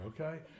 okay